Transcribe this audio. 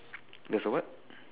there's a what